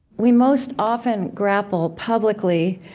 we most often grapple publicly,